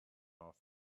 off